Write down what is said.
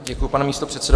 Děkuji, pane místopředsedo.